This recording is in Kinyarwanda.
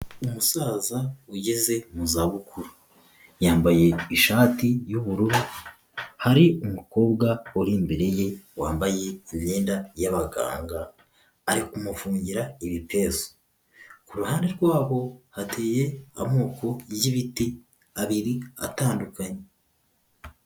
Umusaza ugeze mu zabukuru. Yambaye ishati y'ubururu, hari umukobwa uri imbere ye wambaye imyenda y'ababaganga ari kumufungira ibipesu. Ku ruhande rwaho hateye amoko y'ibiti, abiri atandukanye.